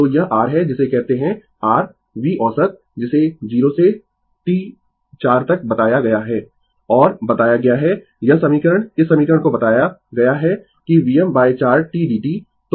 तो यह r है जिसे कहते है r V औसत जिसे 0 से T4 तक बताया गया है और बताया गया है यह समीकरण इस समीकरण को बताया गया है कि Vm 4 tdt